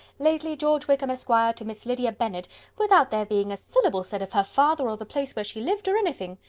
lately, george wickham, esq. to miss lydia bennet without there being a syllable said of her father, or the place where she lived, or anything.